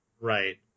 Right